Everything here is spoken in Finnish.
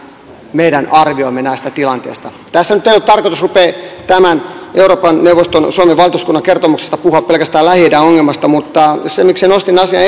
meidän arviomme näistä tilanteista perustuvat aivan tosiasioihin tässä nyt ei ole tarkoitus tämän euroopan neuvoston suomen valtuuskunnan kertomuksesta puhua pelkästään lähi idän ongelmasta mutta nostin asian